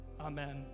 amen